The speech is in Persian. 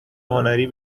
هنری